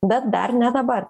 bet dar ne dabar